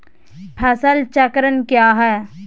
फसल चक्रण क्या है?